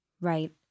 Right